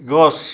গছ